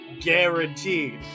guaranteed